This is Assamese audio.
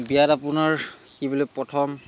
বিয়াত আপোনাৰ কি বোলে প্ৰথম